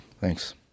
Thanks